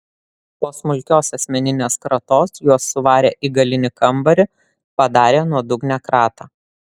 po smulkios asmeninės kratos juos suvarė į galinį kambarį padarė nuodugnią kratą